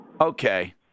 Okay